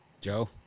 Joe